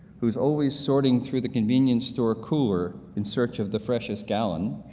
who's always sorting through the convenience store cooler in search of the freshest gallon,